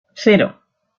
cero